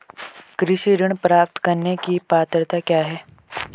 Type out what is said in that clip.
कृषि ऋण प्राप्त करने की पात्रता क्या है?